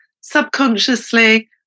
Subconsciously